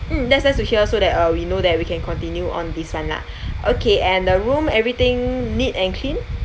mm that's nice to hear so that uh we know that we can continue on this one lah okay and the room everything neat and clean